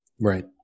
Right